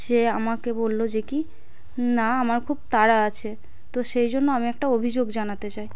সে আমাকে বলল যে কী না আমার খুব তাড়া আছে তো সেই জন্য আমি একটা অভিযোগ জানাতে চাই